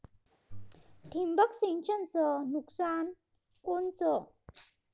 ठिबक सिंचनचं नुकसान कोनचं?